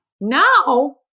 No